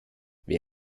wer